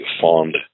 fond